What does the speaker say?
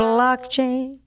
Blockchain